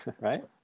right